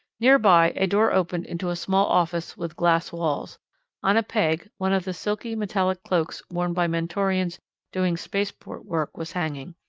nearby, a door opened into a small office with glass walls on a peg, one of the silky metallic cloaks worn by mentorians doing spaceport work was hanging.